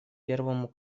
первому